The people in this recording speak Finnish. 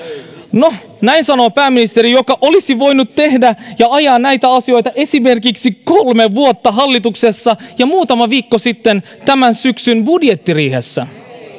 no näin sanoo pääministeri joka olisi voinut tehdä ja ajaa näitä asioita esimerkiksi kolme vuotta hallituksessa ja muutama viikko sitten tämän syksyn budjettiriihessä